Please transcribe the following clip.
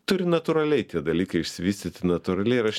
turi natūraliai tie dalykai išsivystyti natūraliai ir aš